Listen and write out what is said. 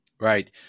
Right